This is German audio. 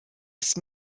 ist